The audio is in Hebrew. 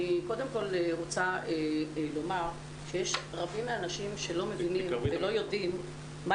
קודם כל אני רוצה לומר שיש רבים מהאנשים שלא מבינים ולא יודעים מה